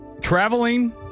Traveling